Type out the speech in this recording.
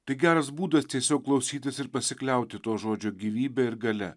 tai geras būdas tiesiog klausytis ir pasikliauti to žodžio gyvybe ir galia